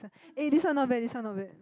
eh this one not bad this one not bad